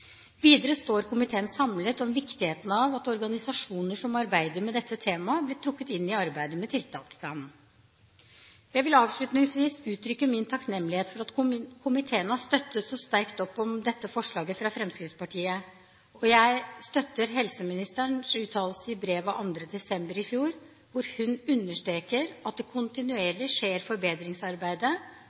Videre står komiteen samlet om viktigheten av at organisasjoner som arbeider med dette temaet, blir trukket inn i arbeidet med tiltaksplanen. Jeg vil avslutningsvis uttrykke min takknemlighet for at komiteen har støttet så sterkt opp om dette forslaget fra Fremskrittspartiet. Jeg støtter helseministerens uttalelse i brev av 2. desember i fjor, hvor hun understreker at det kontinuerlig skjer